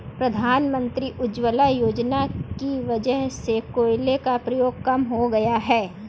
प्रधानमंत्री उज्ज्वला योजना की वजह से कोयले का प्रयोग कम हो गया है